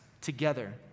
together